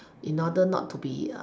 in order not to be